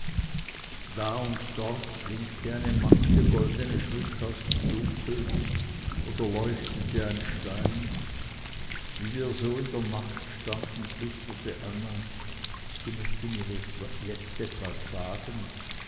da und dort blinkte eine matte goldene schrift aus dem dunkel oder leuchtete ein stein wie wir so in der nacht standen flüsterte ich anna sie möchte mir jetzt etwas sagen